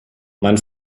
mein